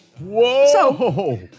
Whoa